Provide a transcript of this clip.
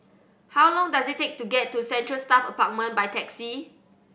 how long does it take to get to Central Staff Apartment by taxi